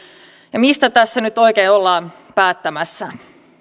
ja mistä tässä nyt oikein ollaan päättämässä